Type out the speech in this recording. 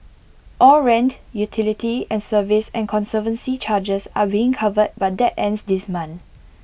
all rent utility and service and conservancy charges are being covered but that ends this month